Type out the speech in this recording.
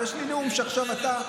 ויש לי נאום שעכשיו אתה,